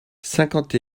cinquante